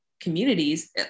communities